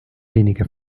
wenige